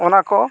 ᱚᱱᱟᱠᱚ